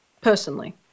personally